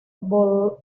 boulogne